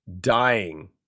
dying